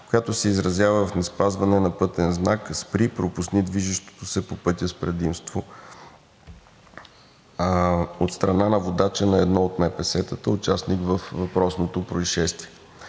която се изразява в неспазване на пътен знак „Спри! Пропусни движещите се по пътя с предимство“ от страна на водача на едно от МПС-тата, участник във въпросното произшествие.